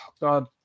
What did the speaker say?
God